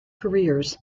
careers